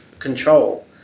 control